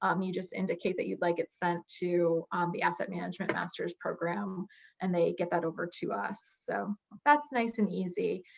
um you just indicate that you'd like it sent to the asset management master's program and they get that over to us. so that's nice and easy.